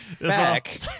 Back